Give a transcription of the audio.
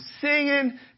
singing